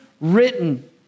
written